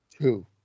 Two